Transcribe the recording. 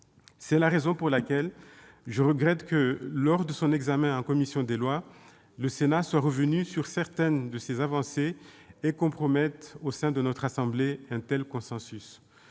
C'est la raison pour laquelle je regrette que, lors de son examen en commission des lois, le Sénat soit revenu sur certaines de ces avancées et compromette au sein de notre Haute Assemblée un tel consensus.